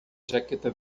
jaqueta